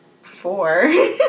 four